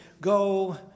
go